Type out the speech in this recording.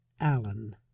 Allen